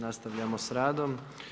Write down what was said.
Nastavljamo s radom.